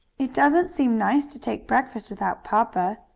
it doesn't seem nice to take breakfast without papa,